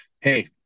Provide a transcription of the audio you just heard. hey